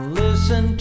listen